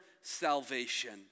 salvation